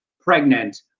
pregnant